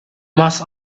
must